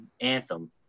anthem